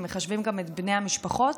אם מחשבים גם את בני המשפחות,